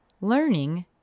learning